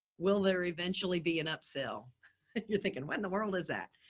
will there eventually be an upsell you're thinking when the world is at?